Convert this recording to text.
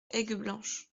aigueblanche